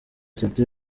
city